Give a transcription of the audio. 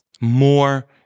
more